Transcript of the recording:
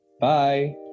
Bye